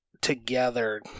together